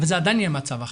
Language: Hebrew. אבל זה עדיין יהיה מצב אחר.